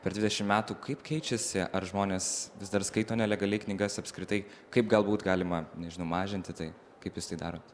per dvidešimt metų kaip keičiasi ar žmonės vis dar skaito nelegaliai knygas apskritai kaip galbūt galima nežinau mažinti tai kaip jūs tai darot